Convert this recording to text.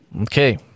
Okay